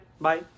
Bye